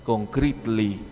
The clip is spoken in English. Concretely